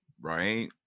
right